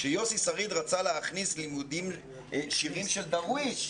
כשיוסי שריד רצה להכניס ללימודים שירים של דרוויש.